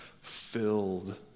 filled